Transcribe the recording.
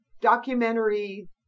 documentary